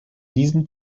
diesem